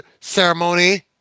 ceremony